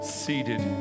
seated